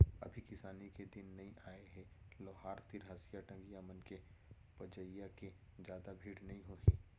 अभी किसानी के दिन नइ आय हे लोहार तीर हँसिया, टंगिया मन के पजइया के जादा भीड़ नइ होही